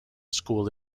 school